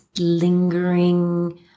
lingering